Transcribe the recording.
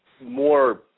more